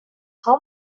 how